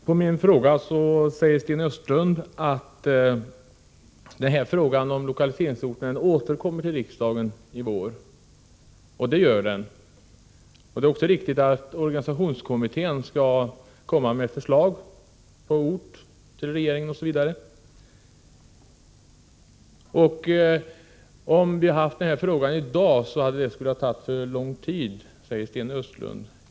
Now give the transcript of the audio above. Herr talman! På min fråga svarar Sten Östlund att frågan om lokaliseringsorten återkommer till riksdagen i vår. Det gör den. Det är också riktigt att organisationskommittén för regeringen skall framlägga ett förslag till ort, osv. Om vi hade haft frågan till behandling i dag skulle det ha tagit för lång tid, säger Sten Östlund.